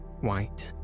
white